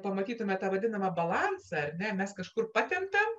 pamatytume tą vadinamą balansą ar ne mes kažkur patempiam